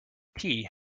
tea